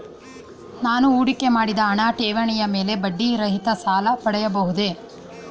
ನಾನು ಹೂಡಿಕೆ ಮಾಡಿದ ಠೇವಣಿಯ ಮೇಲೆ ಬಡ್ಡಿ ರಹಿತ ಸಾಲ ಪಡೆಯಬಹುದೇ?